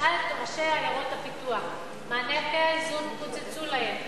תשאל את ראשי עיירות הפיתוח: מענקי האיזון קוצצו להם.